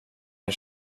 att